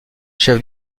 chef